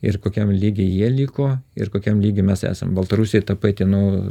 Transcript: ir kokiam lygy jie liko ir kokiam lygy mes esam baltarusija ta pati nu